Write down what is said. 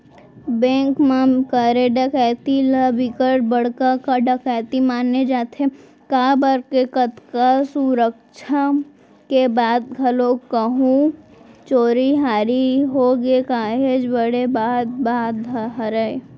bank म करे डकैती ल बिकट बड़का डकैती माने जाथे काबर के अतका सुरक्छा के बाद घलोक कहूं चोरी हारी होगे काहेच बड़े बात बात हरय